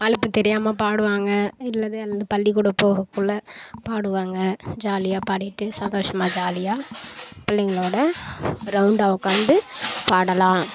அலுப்பு தெரியாமல் பாடுவாங்க அல்லது அந்த பள்ளிக்கூடம் போகக்குள்ளே பாடுவாங்க ஜாலியாக பாடிகிட்டு சந்தோஷமாக ஜாலியாக பிள்ளைங்களோடு ரவுண்டாக உட்காந்து பாடலாம்